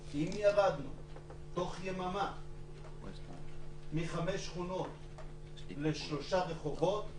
אם ירדנו בתוך יממה מחמש שכונות לשלושה רחובות,